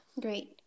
Great